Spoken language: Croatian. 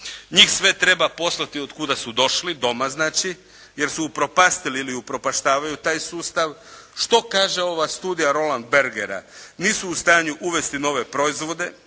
Njih sve treba poslati od kuda su došli, doma znači, jer su upropastili ili upropaštavaju taj sustav. Što kaže ova studija Roland Bergera? Nisu u stanju uvesti nove proizvode,